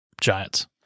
giants